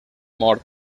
mort